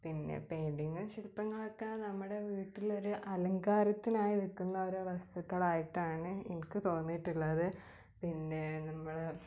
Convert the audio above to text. പിന്നെ പെയ്ൻടിങ്ങ് ശിൽപ്പങ്ങളക്കെ നമ്മുടെ വീട്ടിലൊരു അലങ്കാരത്തിനായി വിൽക്കുന്ന ഓരോ വസ്തുക്കളായിട്ടാണ് എനിക്ക് തോന്നീട്ടുള്ളത് പിന്നെ നമ്മൾ